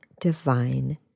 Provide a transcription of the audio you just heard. divine